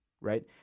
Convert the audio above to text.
right